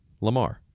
Lamar